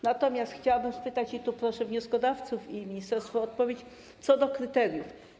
Natomiast chciałabym spytać o jedną rzecz i tu proszę wnioskodawców i ministerstwo o odpowiedź co do kryteriów.